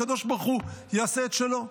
שהקדוש ברוך הוא יעשה את שלו?